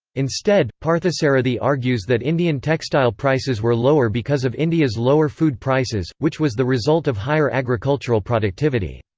instead, parthasarathi argues that indian textile prices were lower because of india's lower food prices, which was the result of higher agricultural productivity.